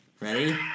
Ready